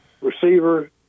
receiver